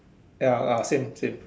ya lah same same